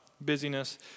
busyness